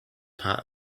part